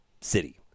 city